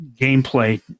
gameplay